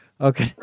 okay